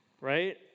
right